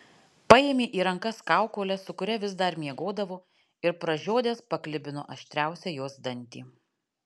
paėmė į rankas kaukolę su kuria vis dar miegodavo ir pražiodęs paklibino aštriausią jos dantį